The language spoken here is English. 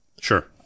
Sure